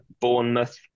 Bournemouth